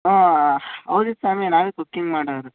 ಹ್ಞೂ ಹೌದು ಸ್ವಾಮಿ ನಾವೇ ಕುಕಿಂಗ್ ಮಾಡೋರು